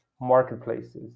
marketplaces